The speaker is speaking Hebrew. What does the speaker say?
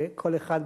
וכל אחד,